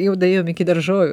jau daėjom iki daržovių